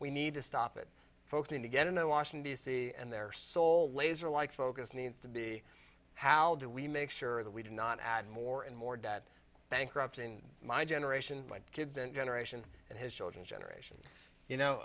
we need to stop it folks need to get into washington d c and their sole laser like focus needs to be how do we make sure that we do not add more and more debt bankrupting my generation my kids and generation and his children's generation you know